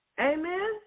Amen